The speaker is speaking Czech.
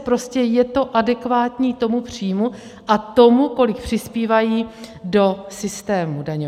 Prostě je to adekvátní tomu příjmu a tomu, kolik přispívají do systému daňového.